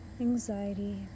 anxiety